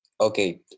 Okay